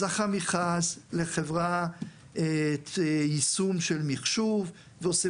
אז ערכה מכרז לחברת יישום של מחשוב ועושה